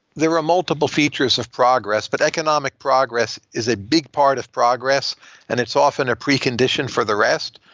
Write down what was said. there are multiple features of progress, but economic progress is a big part of progress and it's often a precondition for the rest,